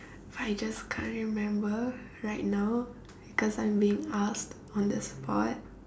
I just can't remember right now because I'm being asked on the spot